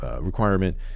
requirement